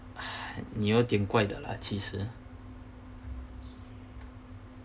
你有点怪的啦其实